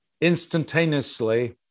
Instantaneously